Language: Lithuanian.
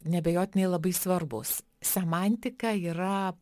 neabejotinai labai svarbūs semantika yra